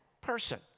person